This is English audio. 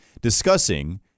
Discussing